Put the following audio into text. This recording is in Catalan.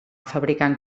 fabricant